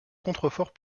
contreforts